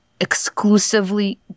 exclusively